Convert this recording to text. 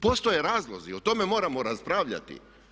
Postoje razlozi, o tome moramo raspravljati.